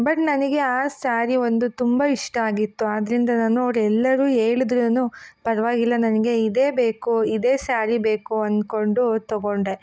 but ನನಗೆ ಆ sari ಒಂದು ತುಂಬ ಇಷ್ಟ ಆಗಿತ್ತು ಆದ್ದರಿಂದ ನಾನು ಅವ್ರು ಎಲ್ಲರೂ ಹೇಳಿದ್ರೇನು ಪರವಾಗಿಲ್ಲ ನನಗೆ ಇದೇ ಬೇಕು ಇದೇ ಸ್ಯಾರಿ ಬೇಕು ಅಂದುಕೊಂಡು ತಗೊಂಡೆ